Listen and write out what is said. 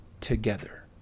together